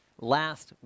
last